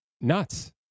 nuts